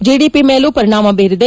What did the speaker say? GDP ಮೇಲೂ ಪರಿಣಾಮ ಬೀರಿದೆ